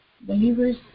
Believers